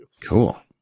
cool